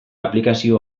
aplikazio